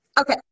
Okay